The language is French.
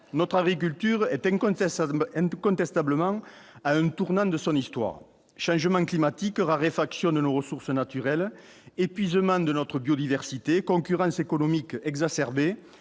notre agriculture est incontestable m'aime contestable ment à un tournant de son histoire, changement climatique, raréfaction de l'eau, ressources naturelles épuisement de notre biodiversité concurrence économique exacerbée